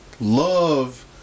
Love